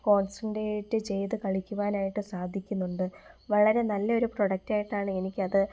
concentrate ചെയ്ത് കളിക്കുവാനായിട്ട് സാധിക്കുന്നുണ്ട് വളരെ നല്ലൊരു പ്രോഡക്റ്റായിട്ടാണ് എനിക്കത്